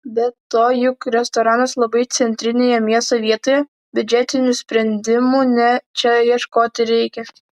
be to juk restoranas labai centrinėje miesto vietoje biudžetinių sprendimų ne čia ieškoti reikia